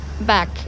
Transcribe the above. Back